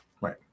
right